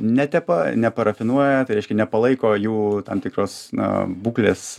netepa neparafinuoja tai reiškia nepalaiko jų tam tikros na būklės